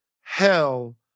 hell